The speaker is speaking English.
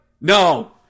No